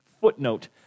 footnote